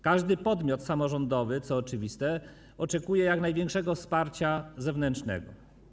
Każdy podmiot samorządowy, co oczywiste, oczekuje jak największego wsparcia zewnętrznego.